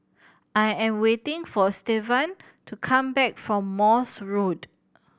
I am waiting for Stevan to come back from Morse Road